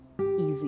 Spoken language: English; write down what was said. easy